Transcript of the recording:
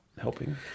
helping